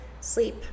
sleep